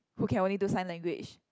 who can only do sign language